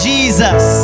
Jesus